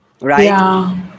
Right